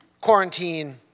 quarantine